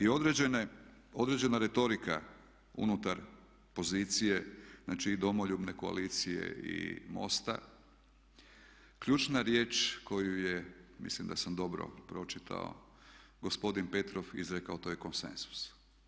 Određena retorika unutar pozicije znači i Domoljubne koalicije i MOST-a ključna riječ koju je, mislim da sam dobro pročitao, gospodin Petrov izrekao to je konsenzus.